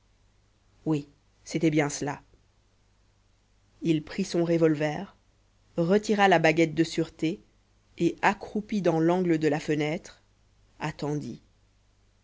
oui c'était bien cela il prit son revolver retira la baguette de sûreté et accroupi dans l'angle de la fenêtre attendit